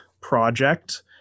project